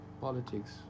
politics